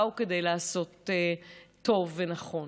באו כדי לעשות טוב ונכון,